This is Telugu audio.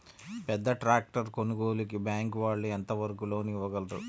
పెద్ద ట్రాక్టర్ కొనుగోలుకి బ్యాంకు వాళ్ళు ఎంత వరకు లోన్ ఇవ్వగలరు?